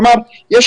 כלומר, יש